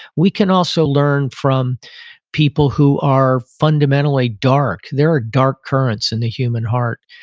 we can also learn from people who are fundamentally dark. there are dark currents in the human heart.